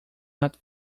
not